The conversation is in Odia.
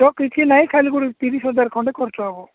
କିଛି ନାହିଁ ଖାଲି ଗୋଟେ ତିରିଶ ହଜାର ଖଣ୍ଡେ ଖର୍ଚ୍ଚ ହେବ